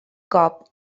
cop